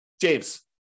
James